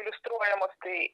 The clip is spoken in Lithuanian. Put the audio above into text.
iliustruojamos tai